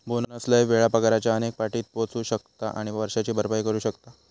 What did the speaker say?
bonus लय वेळा पगाराच्या अनेक पटीत पोचू शकता आणि वर्षाची भरपाई करू शकता